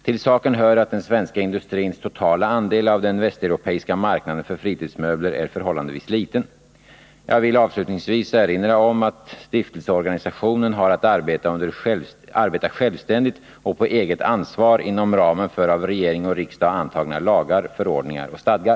Till saken hör att den svenska industrins totala andel av den västeuropeiska marknaden för fritidsmöbler är förhållandevis liten. Jag vill avslutningsvis erinra om att stiftelseorganisationen har att arbeta självständigt och på eget ansvar inom ramen för av regering och riksdag antagna lagar, förordningar och stadgar.